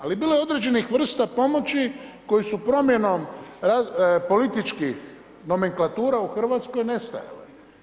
Ali bilo je određenih vrsta pomoći koje su promjenom političkih nomenklatura u Hrvatskoj nestajale.